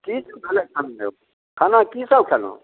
की खाना की सभ खयलहुँ